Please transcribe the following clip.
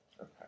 Okay